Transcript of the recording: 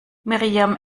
miriam